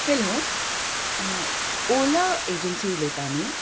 hello Ola agency उलयता न्ही